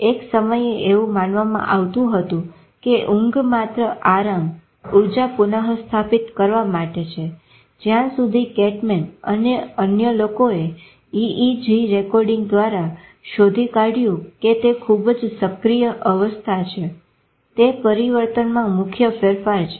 એક સમયે એવું માનવામાં આવતું હતું કે ઊંઘ માત્ર આરામ ઊર્જા પુનઃસ્થાપિત કરવા માટે છે જ્યાં સુધી કૈટેમેન અને અન્ય લોકોએ EEG રેકોર્ડિંગ દ્વારા શોધી કાઢ્યું કે તે ખુબ જ સક્રિય અવસ્થા છે તે પરીવર્તનમાં મુખ્ય ફેરફાર છે